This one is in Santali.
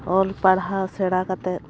ᱚᱞ ᱯᱟᱲᱦᱟᱣ ᱥᱮᱬᱟ ᱠᱟᱛᱮᱜ